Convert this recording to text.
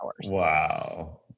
Wow